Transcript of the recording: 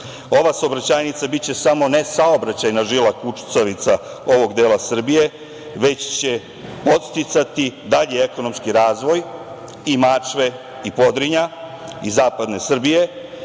Ova saobraćajnica biće samo ne saobraćajna žila kucavica ovog dela Srbije, već će podsticati dalji ekonomski razvoj i Mačve i Podrinja i zapadne Srbije,